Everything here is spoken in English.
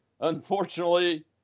Unfortunately